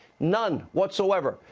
none whatsoever.